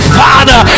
father